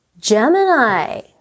Gemini